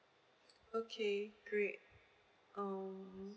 okay great um